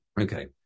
Okay